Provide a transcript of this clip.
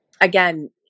Again